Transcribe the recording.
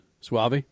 Suave